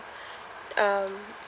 um